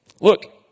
Look